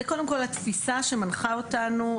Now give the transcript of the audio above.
זה קודם כל התפיסה שמנחה אותנו,